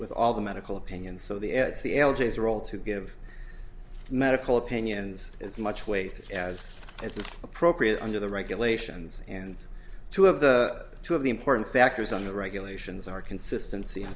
with all the medical opinions so the ets the elegies are all to give medical opinions as much weight as as is appropriate under the regulations and two of the two of the important factors on the regulations are consistency